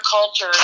culture